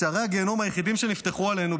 שערי הגיהינום היחידים שנפתחו עלינו,